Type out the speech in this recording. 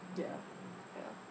ya ya